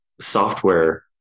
software